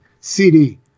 CD